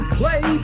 play